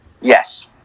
Yes